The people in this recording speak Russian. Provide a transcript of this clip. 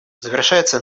завершается